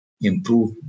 improve